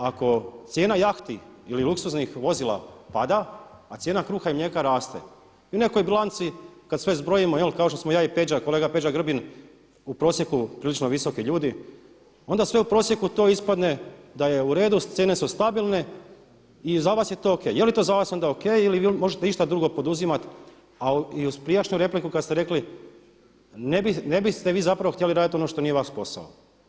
Ako cijena jahti ili luksuznih vozila pada, a cijena kruha i mlijeka raste i u nekoj bilanci kad sve zbrojimo kao što smo ja i Peđa, kolega Peđa Grbin u prosjeku prilično visoki ljudi, onda sve u prosjeku to ispadne da je u redu, cijene su stabilne i za vas je to o.k. Je li to za vas onda o.k. ili vi možete išta drugo poduzimati a i uz prijašnju repliku kad ste rekli ne biste vi zapravo htjeli raditi ono što nije vaš posao.